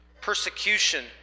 persecution